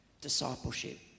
discipleship